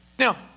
Now